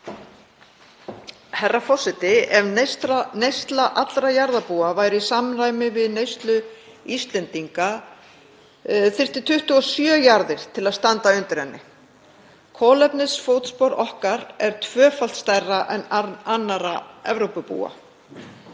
Herra forseti. Ef neysla allra jarðarbúa væri í samræmi við neyslu Íslendinga þyrfti 27 jarðir til að standa undir henni. Kolefnisfótspor okkar er tvöfalt stærra en annarra Evrópubúa.